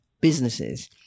businesses